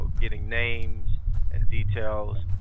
getting names and details.